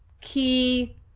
key